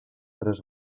tres